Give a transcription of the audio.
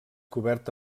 cobert